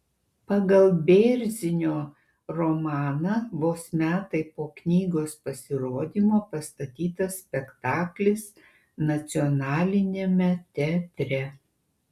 pagal bėrzinio romaną vos metai po knygos pasirodymo pastatytas spektaklis nacionaliniame teatre